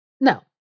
no